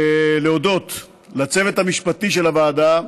להודות לצוות המשפטי של הוועדה: